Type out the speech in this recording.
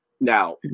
Now